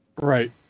Right